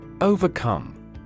Overcome